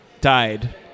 died